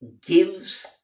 gives